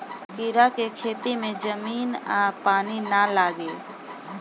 कीड़ा के खेती में जमीन आ पानी ना लागे